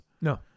No